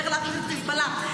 ואיך להחליש את חיזבאללה,